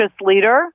leader